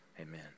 amen